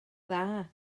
dda